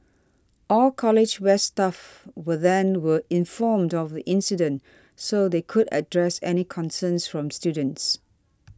all College West staff were then were informed of the incident so they could address any concerns from students